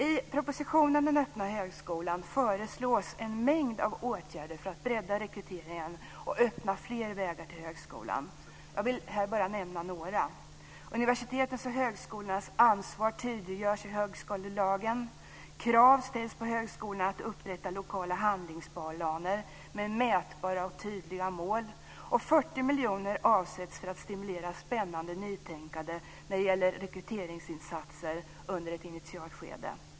I propositionen Den öppna högskolan föreslås en mängd åtgärder för att bredda rekryteringen och öppna fler vägar till högskolan. Jag vill här nämna några. Universitetens och högskolornas ansvar tydliggörs i högskolelagen. Krav ställs på högskolorna att upprätta lokala handlingsplaner med mätbara och tydliga mål. 40 miljoner avsätts för att stimulera till spännande nytänkande när det gäller rekryteringsinsatser under ett initialskede.